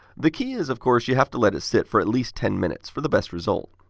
the key is, of course, you have to let it sit for at least ten minutes for the best result.